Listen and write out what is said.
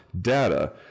data